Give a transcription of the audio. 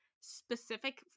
specific